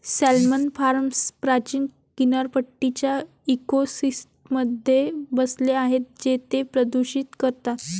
salmon farms प्राचीन किनारपट्टीच्या इकोसिस्टममध्ये बसले आहेत जे ते प्रदूषित करतात